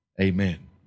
amen